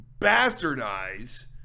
bastardize